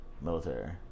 military